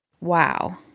Wow